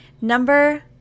Number